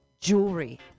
jewelry